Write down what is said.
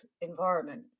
environment